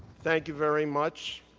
thank you very much.